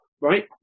right